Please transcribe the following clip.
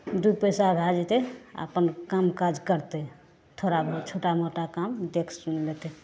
दूइ पैसा भए जेतै आ अपन काम काज करतै थोड़ा बहुत छोटा मोटा काम देखि सुनि लेतै